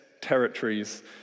territories